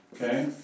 Okay